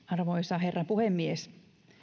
arvoisa herra puhemies